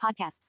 podcasts